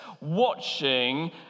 watching